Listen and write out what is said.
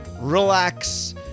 relax